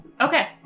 Okay